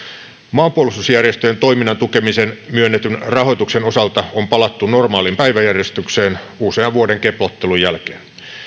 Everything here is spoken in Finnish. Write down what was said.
maanpuolustusjärjestöjen toiminnan tukemiseen myönnetyn rahoituksen osalta on palattu normaaliin päiväjärjestykseen usean vuoden keplottelun jälkeen